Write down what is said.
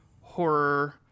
horror